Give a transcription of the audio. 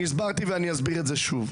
הסברתי ואני אסביר את זה שוב.